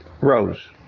rose